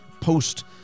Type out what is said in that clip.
post